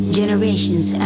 generations